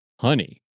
Honey